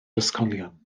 ysgolion